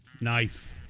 Nice